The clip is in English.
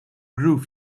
groove